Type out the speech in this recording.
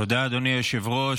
תודה, אדוני היושב-ראש.